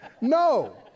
no